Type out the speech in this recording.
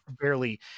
barely